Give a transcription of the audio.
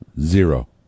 Zero